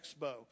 expo